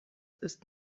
ist